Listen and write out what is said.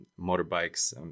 motorbikes